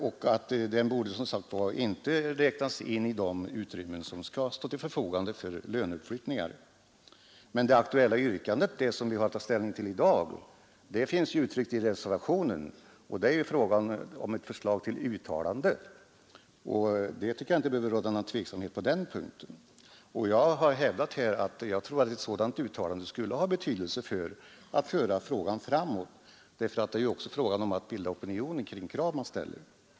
De kostnader som uppkommer borde som sagt var inte räknas in i de löneutrymmen som skall stå till förfogande vid avtalsförhandlingar. Det aktuella yrkandet, det som vi har att ta ställning till i dag, finns uttryckt i reservationen. Där föreslås ett uttalande. På den punkten tycker jag att det inte behöver råda någon tveksamhet. Jag har hävdat att ett sådant uttalande skulle kunna föra frågan framåt, för det gäller ju också att bilda opinion kring krav man ställer.